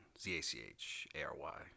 Z-A-C-H-A-R-Y